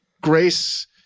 Grace